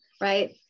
right